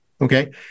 okay